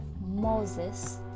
Moses